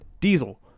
Diesel